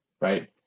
right